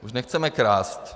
Už nechceme krást.